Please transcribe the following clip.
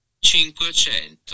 Cinquecento